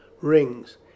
Rings